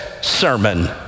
sermon